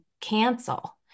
cancel